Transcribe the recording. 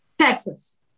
texas